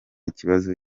kibazo